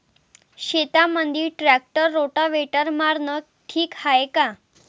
शेतामंदी tractor rotavator मारनं ठीक हाये का?